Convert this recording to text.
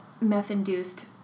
meth-induced